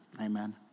Amen